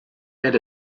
and